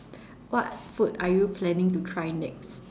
what food are you planning to try next